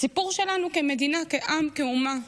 הסיפור שלנו כמדינה, כעם, כאומה,